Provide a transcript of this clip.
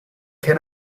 can